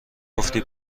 گفتی